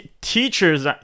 teachers